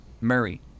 Murray